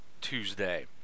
Tuesday